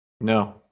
No